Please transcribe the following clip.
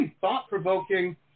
thought-provoking